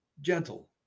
gentle